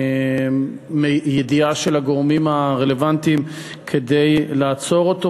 ידיעה של הגורמים הרלוונטיים כדי לעצור אותו